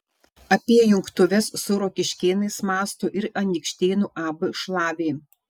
apie jungtuves su rokiškėnais mąsto ir anykštėnų ab šlavė